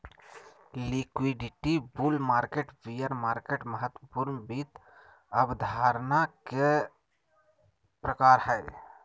liquidity, bull market, bear market महत्वपूर्ण वित्त अवधारणा के प्रकार हय